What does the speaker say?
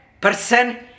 person